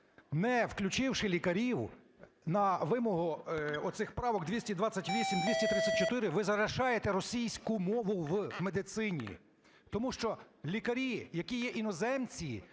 Не включивши лікарів, на вимогу оцих правок: 228, 234, ви залишаєте російську мову в медицині. Тому що лікарі, які є іноземці,